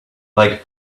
like